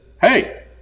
hey